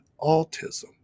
autism